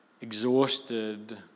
exhausted